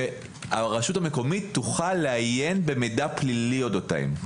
שהרשות המקומיות תוכל לעיין במידע פלילי אודותיהם.